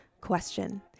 Question